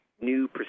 new